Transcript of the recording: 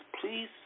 Please